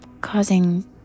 causing